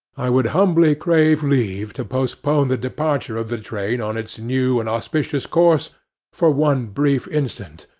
i would humbly crave leave to postpone the departure of the train on its new and auspicious course for one brief instant,